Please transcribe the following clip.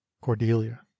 cordelia